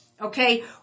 Okay